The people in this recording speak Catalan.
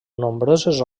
nombroses